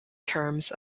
terms